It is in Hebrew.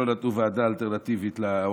שלא נתנו ועדה אלטרנטיבית לאופוזיציה,